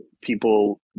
people